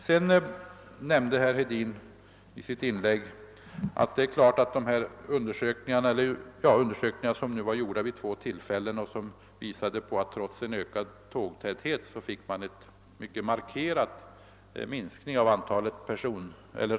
Herr Hedin berörde i sitt inlägg de undersökningar, vilka genomförts vid två olika tillfällen och av vilka det framgick att det, trots ökning av tågtätheten, blev en markerad minskning av antalet resande.